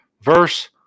verse